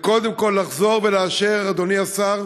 וקודם כול לחזור ולאשר, אדוני השר,